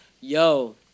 yo